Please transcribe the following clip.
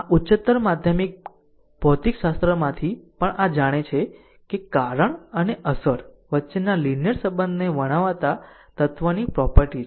આ ઉચ્ચતર માધ્યમિક ભૌતિકશાસ્ત્રમાંથી પણ આ જાણે છે કે તે કારણ અને અસર વચ્ચેના લીનીયર સંબંધને વર્ણવતા તત્વની પ્રોપર્ટી છે